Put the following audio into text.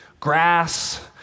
Grass